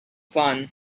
fun